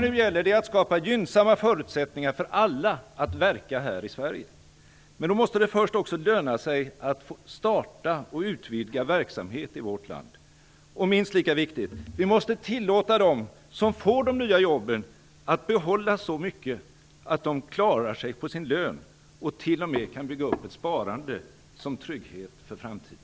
Nu gäller det att skapa gynnsamma förutsättningar för alla att verka här i Sverige. Men då måste det först också löna sig att starta och utvidga verksamhet i vårt land. Och minst lika viktigt är att vi måste tillåta dem som får de nya jobben att behålla så mycket att de klarar sig på sin lön, och t.o.m. kan bygga upp ett sparande som trygghet för framtiden.